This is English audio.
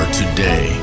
today